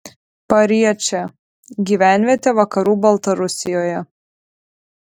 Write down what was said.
pariečė gyvenvietė vakarų baltarusijoje